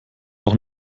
doch